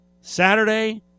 Saturday